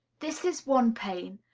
this is one pane,